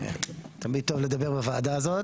תמיד טוב לדבר בוועדה הזאת.